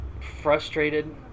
frustrated